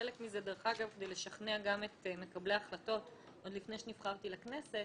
חלק מזה דרך אגב כדי לשכנע גם את מקבלי ההחלטות עוד לפני שנבחרתי לכנסת,